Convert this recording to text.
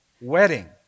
wedding